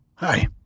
Hi